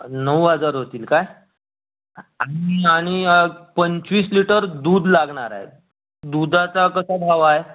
नऊ हजार होतील काय आणि पंचवीस लिटर दूध लागणार आहे दुधाचा कसा भाव आहे